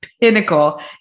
pinnacle